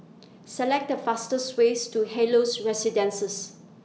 Select The fastest ways to Helios Residences